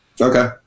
Okay